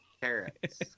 carrots